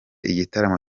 igitaramo